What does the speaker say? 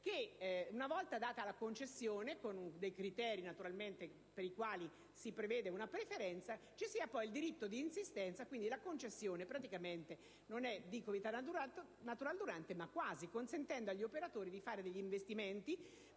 una volta data la concessione con criteri per i quali si prevede una preferenza, c'è poi il diritto di insistenza. Quindi la concessione non è vita natural durante ma quasi, consentendo agli operatori di fare degli investimenti